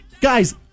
Guys